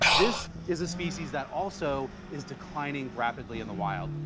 this is a species that also is declining rapidly in the wild.